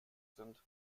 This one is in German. sind